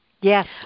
Yes